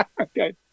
Okay